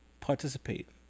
participate